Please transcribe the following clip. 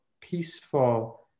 peaceful